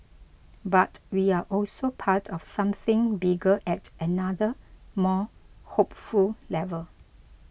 but we are also part of something bigger at another more hopeful level